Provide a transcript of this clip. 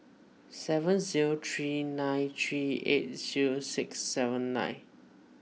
seven zero three nine three eight zero six seven nine